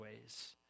ways